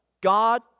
God